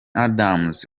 adams